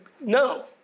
no